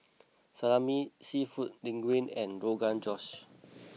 Salami Seafood Linguine and Rogan Josh